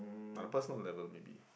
on a personal level maybe